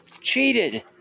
cheated